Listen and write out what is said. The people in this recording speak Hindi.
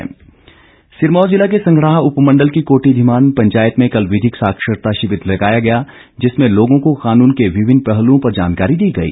शिविर सिरमौर जिला के संगड़ाह उपमंडल की कोटी धीमान पंचायत में कल विधिक साक्षरता शिविर लगाया गया जिसमें लोगों को कानून के विभिन्न पहलुओं पर जानकारी दी गई